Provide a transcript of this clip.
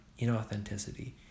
inauthenticity